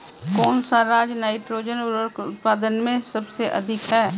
कौन सा राज नाइट्रोजन उर्वरक उत्पादन में सबसे अधिक है?